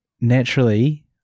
naturally